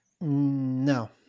No